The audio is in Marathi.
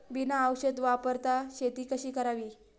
बिना औषध वापरता शेती कशी करावी?